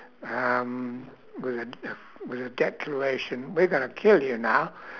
um with a with a declaration we're gonna kill you now